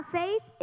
faith